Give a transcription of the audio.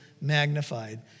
magnified